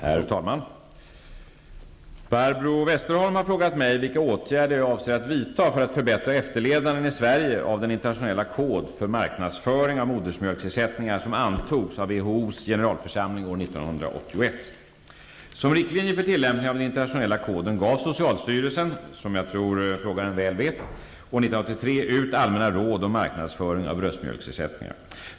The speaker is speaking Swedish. Herr talman! Barbro Westerholm har frågat mig vilka åtgärder jag avser att vidta för att förbättra efterlevnaden i Sverige av den internationella kod för marknadsföring av modersmjölksersättningar som antogs av WHO:s generalförsamling år 1981. Som riktlinjer för tillämpning av den internationella koden gav socialstyrelsen, och jag tror att den frågande väl vet det, år 1983 ut allmänna råd om marknadsföring av bröstmjölksersättningar.